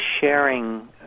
sharing